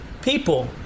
people